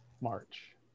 march